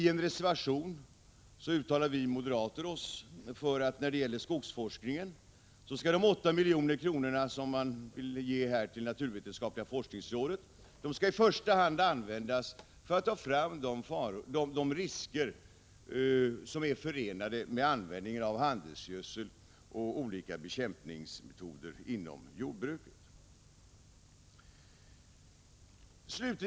I en reservation uttalar vi moderater oss beträffande skogsforskningen för att de 8 milj.kr. som man vill ge till det naturvetenskapliga forskningsrådet i första hand skall användas för att ta reda på vilka risker som är förenade med användningen av handelsgödsel och olika bekämpningsmetoder inom jordbruket.